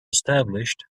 established